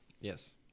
Yes